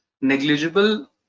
negligible